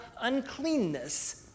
uncleanness